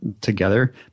together